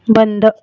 बंद